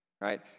right